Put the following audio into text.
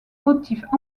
motifs